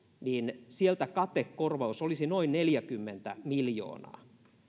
katekorvaus olisi noin neljäkymmentä miljoonaa